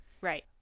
Right